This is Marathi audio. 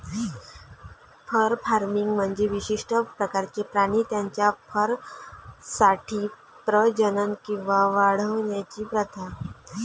फर फार्मिंग म्हणजे विशिष्ट प्रकारचे प्राणी त्यांच्या फरसाठी प्रजनन किंवा वाढवण्याची प्रथा